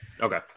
Okay